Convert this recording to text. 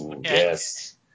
Yes